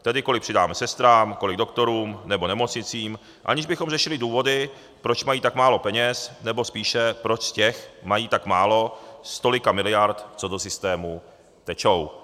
Tedy kolik přidáme sestrám, kolik doktorům nebo nemocnicím, aniž bychom řešili důvody, proč mají tak málo peněz, nebo spíše proč mají tak málo z tolika miliard, co do systému tečou.